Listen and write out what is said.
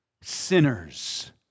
sinners